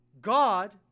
God